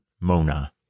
Mona